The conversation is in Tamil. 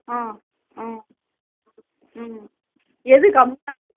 ஆ ஆ ம் எது கம்மியாக